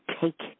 take